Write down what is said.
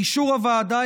באישור הוועדה,